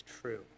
true